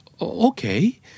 okay